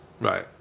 Right